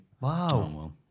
Wow